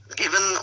given